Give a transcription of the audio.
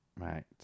Right